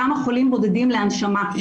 כמה חולים בודדים להנשמה.